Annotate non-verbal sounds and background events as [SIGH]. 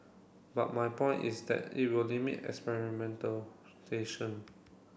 but my point is that it will limit experimental [UNINTELLIGIBLE]